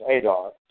Adar